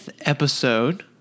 episode